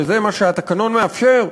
שזה מה שהתקנון מאפשר,